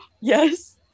yes